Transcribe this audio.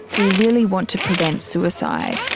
we really want to prevent suicide,